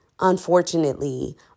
unfortunately